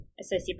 Associate